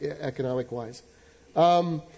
economic-wise